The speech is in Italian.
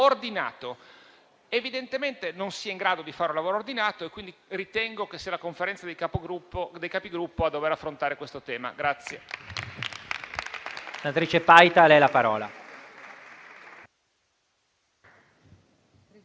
Evidentemente non si è in grado di fare un lavoro ordinato e quindi ritengo che sia la Conferenza dei Capigruppo a dover affrontare la questione.